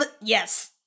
yes